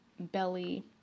belly